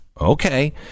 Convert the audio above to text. Okay